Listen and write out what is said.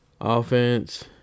Offense